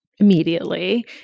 immediately